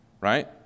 right